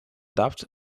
doubts